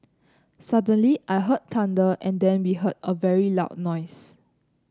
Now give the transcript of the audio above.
suddenly I heard thunder and then we heard a very loud noise